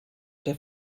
der